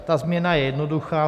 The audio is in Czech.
Ta změna je jednoduchá.